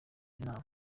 nama